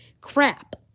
crap